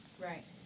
Right